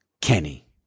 Kenny